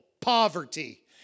poverty